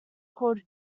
called